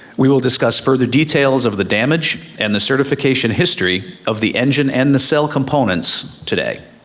we will discuss further details of the damage and the certification history of the engine and the cell components today.